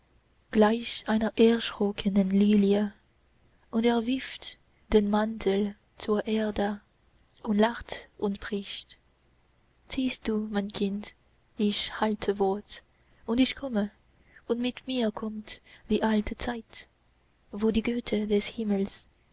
gleich einer erschrockenen lilie und er wirft den mantel zur erde und lacht und spricht siehst du mein kind ich halte wort und ich komme und mit mir kommt die alte zeit wo die götter des himmels